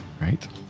right